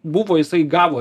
buvo jisai gavo